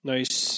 Nice